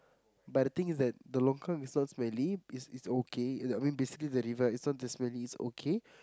but the thing is that the longkang is so smelly is okay I mean the river is not that smelly is okay